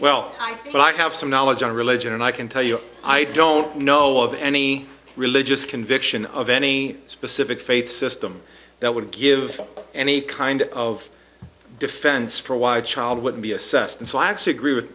well i have some knowledge on religion and i can tell you i don't know of any religious conviction of any specific faith system that would give any kind of defense for why child wouldn't be assessed and so i actually agree with